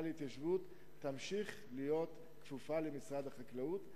להתיישבות תמשיך להיות כפופה למשרד החקלאות,